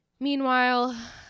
Meanwhile